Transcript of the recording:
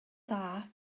dda